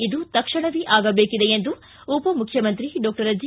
ಇದು ತಕ್ಷಣವೇ ಆಗಬೇಕಿದೆ ಎಂದು ಉಪಮುಖ್ಯಮಂತ್ರಿ ಡಾಕ್ಷರ್ ಜಿ